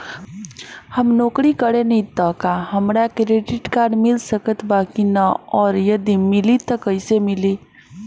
हम नौकरी करेनी त का हमरा क्रेडिट कार्ड मिल सकत बा की न और यदि मिली त कैसे मिली?